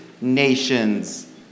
nations